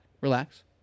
relax